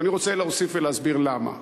ואני רוצה להוסיף ולהסביר למה.